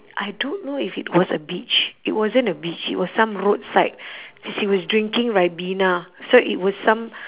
I don't know if it was a beach it wasn't a beach it was some roadside cause he was drinking ribena so it was some